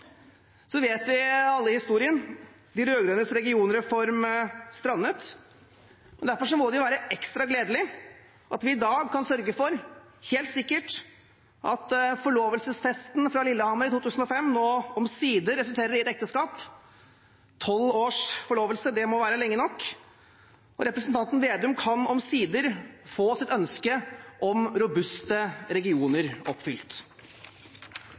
Så kjenner vi alle historien. De rød-grønnes regionreform strandet. Derfor må det være ekstra gledelig at vi i dag kan sørge for helt sikkert at forlovelsesfesten fra Lillehammer i 2005 omsider resulterer i et ekteskap. Tolv års forlovelsestid må være lenge nok, og representanten Vedum kan omsider få sitt ønske om robuste regioner oppfylt.